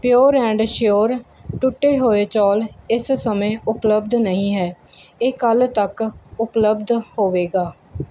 pure and sure ਟੁੱਟੇ ਹੋਏ ਚੌਲ ਇਸ ਸਮੇਂ ਉਪਲੱਬਧ ਨਹੀਂ ਹੈ ਇਹ ਕੱਲ੍ਹ ਤੱਕ ਉਪਲੱਬਧ ਹੋਵੇਗਾ